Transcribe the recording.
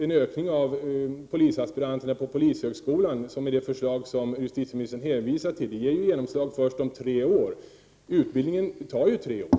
En ökning av antalet polisaspiranter till polishögskolan, som är det förslag justitieministern hänvisar till, ger genomslag först om tre år — utbildningen tar ju tre år!